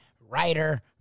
writer